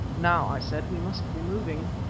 now, i said, we must be moving.